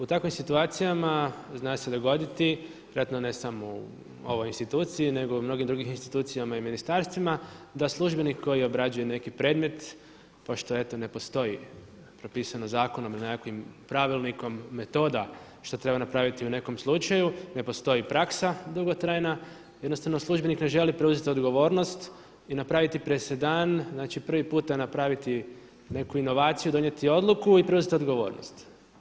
U takvim situacijama zna se dogoditi, vjerojatno ne samo u ovoj instituciji, nego u mnogim drugim institucijama i ministarstva da službenik koji obrađuje neki predmet pošto eto ne postoji propisano zakonom ili nekakvim pravilnikom metoda što treba napraviti u nekom slučaju, ne postoji praksa dugotrajna, jednostavno službenik ne želi preuzeti odgovornosti i napraviti presedan znači prvi puta napraviti neku inovaciju i donijeti odluku i preuzeti odgovornost.